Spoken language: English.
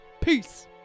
peace